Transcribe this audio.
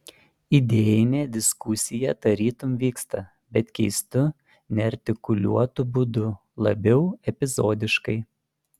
idėjinė diskusija tarytum vyksta bet keistu neartikuliuotu būdu labiau epizodiškai